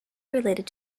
related